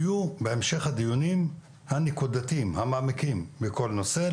יהיו בהמשך הדיונים הנקודתיים, המעמיקים בכל נושא.